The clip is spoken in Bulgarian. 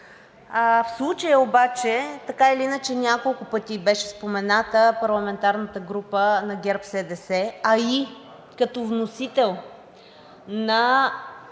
В случая обаче така или иначе няколко пъти беше спомената парламентарната група на ГЕРБ-СДС, а и като вносител на